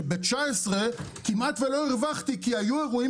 שב-19 כמעט ולא הרווחתי כי היו אירועים